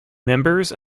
members